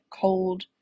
cold